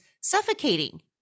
suffocating